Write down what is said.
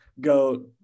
go